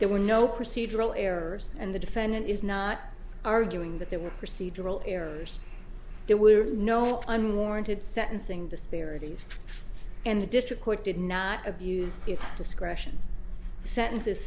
there were no procedural errors and the defendant is not arguing that there were procedural errors there were no unwarranted sentencing disparities and the district court did not abused its discretion sentences